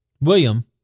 William